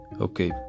Okay